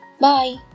Bye